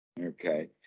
Okay